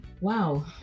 Wow